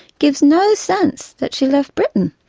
gives no sense that she left britain,